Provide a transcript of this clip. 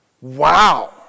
wow